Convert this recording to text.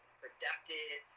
productive